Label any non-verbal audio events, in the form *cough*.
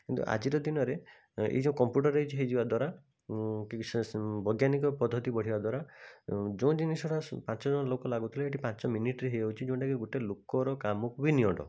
କିନ୍ତୁ ଆଜିର ଦିନରେ ଏଇ ଯେଉଁ କମ୍ପୁଟରାଇଜ୍ ହୋଇଯିବା ଦ୍ୱାରା *unintelligible* ବୈଜ୍ଞାନିକ ପ୍ରଦ୍ଧତି ବଢ଼ିବା ଦ୍ୱାରା ଯେଉଁ ଜିନିଷଟା ପାଞ୍ଚଜଣ ଲୋକ ଲାଗୁଥିଲେ ସେଇଠି ପାଞ୍ଚ ମିନିଟ୍ରେ ହୋଇଯାଉଛି ଯେଉଁଟାକି ଗୋଟେ ଲୋକର କାମକୁ ବି ନିଅଣ୍ଟ